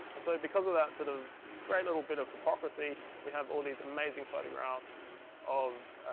and so because of that sort of great little bit of hypocrisy, we have all these amazing photographs of